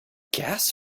gas